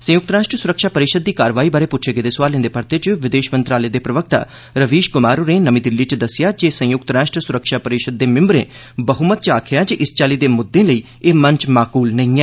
संयुक्त राश्ट्र सुरक्षा परिषद दी कार्यवाही बारे पुच्छे गेदे सुआलें दे परते च विदेश मंत्रालय दे प्रवक्ता रवीश कुमार होरे नमीं दिल्ली च दस्सेआ जे संयुक्त राश्ट्र सुरक्षा परिषद द मिंबरे बहुमत च आक्खेआ जे इस चाल्ली दे मुद्दे लेई एह मंच माकूल नेईं ऐ